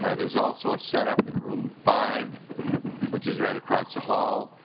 um there's also a set up in room five which is right across the hall.